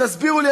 תסבירו לי,